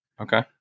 Okay